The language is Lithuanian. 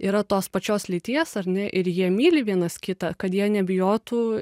yra tos pačios lyties ar ne ir jie myli vienas kitą kad jie nebijotų